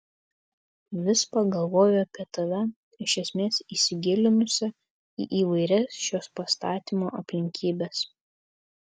vis pagalvoju apie tave iš esmės įsigilinusią į įvairias šios pastatymo aplinkybes